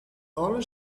only